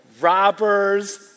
robbers